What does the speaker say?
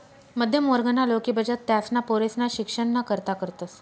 मध्यम वर्गना लोके बचत त्यासना पोरेसना शिक्षणना करता करतस